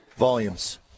Volumes